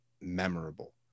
memorable